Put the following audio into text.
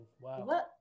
wow